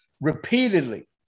repeatedly